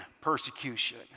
persecution